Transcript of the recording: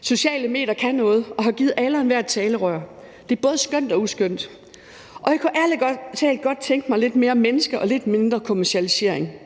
Sociale medier kan noget og har givet alle og enhver et talerør. Det er både skønt og uskønt, og jeg kunne ærlig talt godt tænke mig lidt mere menneske og lidt mindre kommercialisering –